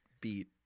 beat